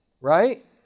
right